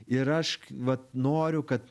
ir aš vat noriu kad